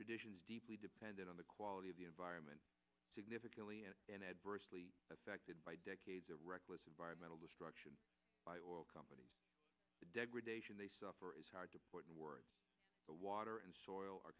traditions deeply depended on the quality of the environment significantly and adversely affected by decades of reckless environmental destruction by oil companies the degradation they suffer is hard to put into words the water and soil